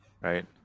right